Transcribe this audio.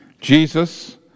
Jesus